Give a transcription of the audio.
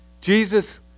Jesus